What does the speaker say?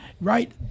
right